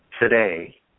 today